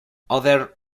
other